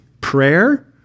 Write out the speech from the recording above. prayer